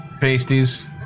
pasties